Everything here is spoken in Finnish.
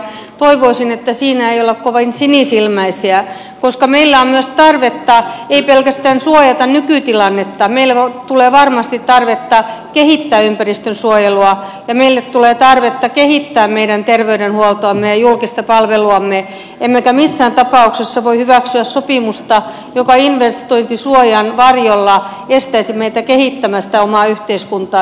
toivoisin että siinä ei olla kovin sinisilmäisiä koska meillä on myös tarvetta ei pelkästään suojata nykytilannetta vaan meille tulee varmasti tarvetta kehittää ympäristönsuojelua ja meille tulee tarvetta kehittää meidän terveydenhuoltoamme ja julkista palveluamme emmekä missään tapauksessa voi hyväksyä sopimusta joka investointisuojan varjolla estäisi meitä kehittämästä omaa yhteiskuntaamme